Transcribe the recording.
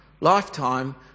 lifetime